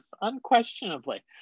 unquestionably